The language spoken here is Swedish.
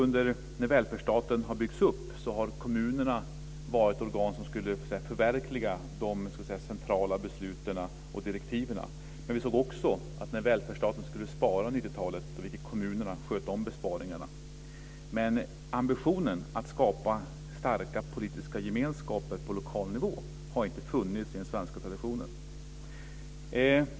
När välfärdsstaten har byggts upp har kommunerna varit de organ som skulle förverkliga centrala beslut och direktiv. Vi såg också att kommunerna fick sköta om besparingarna, då välfärdsstaten skulle spara på 90-talet. Ambitionen att skapa starka politiska gemenskaper på lokal nivå har inte funnits i den svenska traditionen.